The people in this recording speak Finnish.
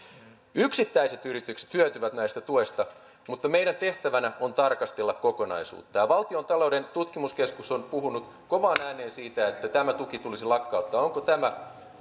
yksittäiset yritykset hyötyvät näistä tuista mutta meidän tehtävänä on tarkastella kokonaisuutta valtion taloudellinen tutkimuskeskus on puhunut kovaan ääneen siitä että tämä tuki tulisi lakkauttaa onko tämä